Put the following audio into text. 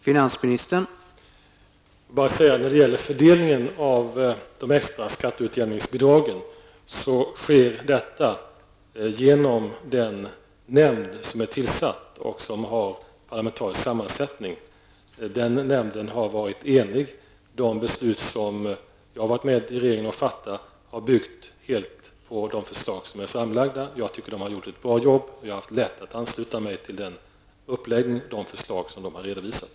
Herr talman! Fördelningen av de extra skatteutjämningsbidragen sker genom den nämnd som är tillsatt och som har parlamentarisk sammansättning. Den nämnden har varit enig. De beslut som jag har varit med i regeringen att fatta har helt byggt på de förslag som är framlagda av nämnden. Man har gjort ett bra arbete, och jag har haft lätt att ansluta mig till de förslag som nämnden har redovisat.